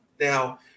Now